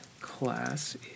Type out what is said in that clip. class